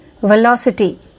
Velocity